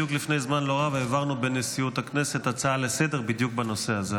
לפני זמן לא רב העברנו בנשיאות הכנסת הצעה לסדר-היום בדיוק בנושא הזה.